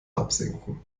absenken